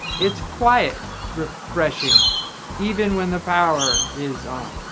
it's quite refreshing even when the power is on.